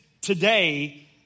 today